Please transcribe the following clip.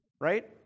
right